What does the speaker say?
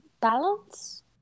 Balance